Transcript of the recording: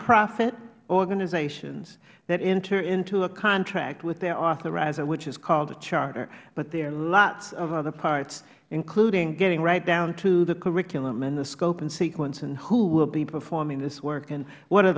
nonprofit organizations that enter into a contract with their authorizer which is called a charter but there are lots of other parts including getting right down to the curriculum and the scope and sequence and who will be performing this work and what are